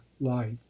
life